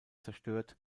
zerstört